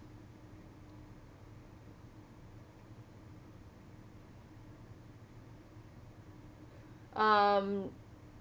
um